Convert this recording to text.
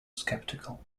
skeptical